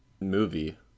movie